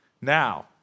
Now